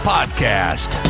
Podcast